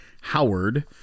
Howard